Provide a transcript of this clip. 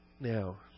Now